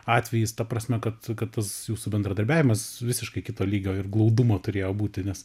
atvejis ta prasme kad kad tas jūsų bendradarbiavimas visiškai kito lygio ir glaudumo turėjo būti nes